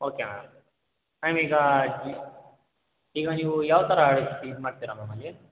okay ma'am ma'am ಈಗ ಈಗ ನೀವು ಯಾವ್ಥರ ಇದು ಮಾಡ್ತೀರ ಮ್ಯಾಮ್ ಅಲ್ಲಿ